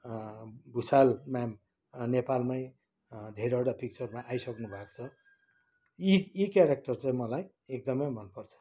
भुषाल नाम नेपालमै धेरैवटा पिक्चरमा आइसक्नुभएको छ यी यी केरेक्टर चाहिँ मलाई एकदमै मनपर्छ